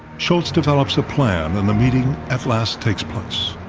shultz develops a plan and the meeting at last takes place.